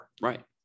Right